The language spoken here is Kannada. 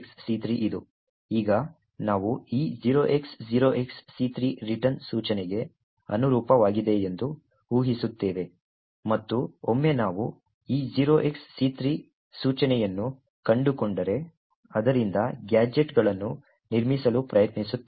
ಈಗ ನಾವು ಈ 0x0XC3 ರಿಟರ್ನ್ ಸೂಚನೆಗೆ ಅನುರೂಪವಾಗಿದೆ ಎಂದು ಊಹಿಸುತ್ತೇವೆ ಮತ್ತು ಒಮ್ಮೆ ನಾವು ಈ 0xC3 ಸೂಚನೆಯನ್ನು ಕಂಡುಕೊಂಡರೆ ಅದರಿಂದ ಗ್ಯಾಜೆಟ್ಗಳನ್ನು ನಿರ್ಮಿಸಲು ಪ್ರಯತ್ನಿಸುತ್ತೇವೆ